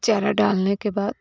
चारा डालने के बाद